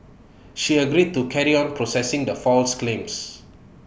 she agreed to carry on processing the false claims